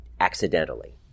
accidentally